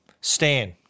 Stan